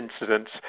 incidents